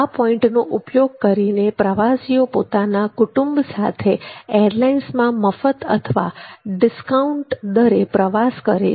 આ પોઇન્ટનો ઉપયોગ કરીને પ્રવાસીઓ પોતાના કુટુંબ સાથે એરલાઇન્સમાં મફત અથવા ડિસ્કાઉન્ટેડ દરે પ્રવાસ કરે છે